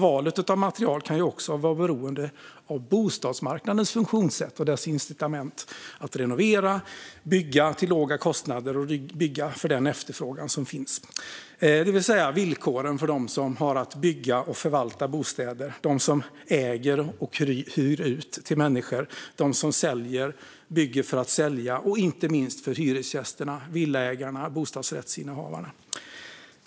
Valet av material kan även vara beroende av bostadsmarknadens funktionssätt och dess incitament att renovera, bygga till låga kostnader och bygga för den efterfrågan som finns, det vill säga villkoren för dem som har att bygga och förvalta bostäder, för dem som äger och hyr ut till människor, för dem som bygger för att sälja och inte minst för hyresgästerna, villaägarna och bostadsrättsinnehavarna.